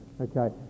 Okay